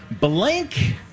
Blank